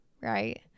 right